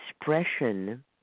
expression